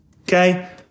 okay